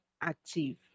active